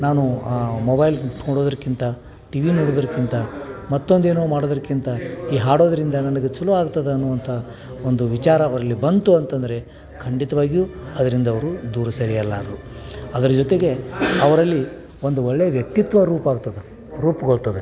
mobile ನೋಡೋದಕ್ಕಿಂತ TV ನೋಡೋದಕ್ಕಿಂತ ಮತ್ತೊಂದೇನೋ ಮಾಡೋದಕ್ಕಿಂತ ಈ ಹಾಡೋದರಿಂದ ನನಗೆ ಚಲೋ ಆಗ್ತದೆ ಅನ್ನುವಂಥ ಒಂದು ವಿಚಾರ ಅವರಲ್ಲಿ ಬಂತು ಅಂತಂದರೆ ಖಂಡಿತವಾಗಿಯೂ ಅದರಿಂದ ಅವರು ದೂರ ಸರಿಯಲಾರರು ಅದರ ಜೊತೆಗೇ ಅವರಲ್ಲಿ ಒಂದು ಒಳ್ಳೆಯ ವ್ಯಕ್ತಿತ್ವ ರೂಪ ಆಗ್ತದೆ ರೂಪುಗೊಳ್ತದೆ